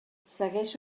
segueix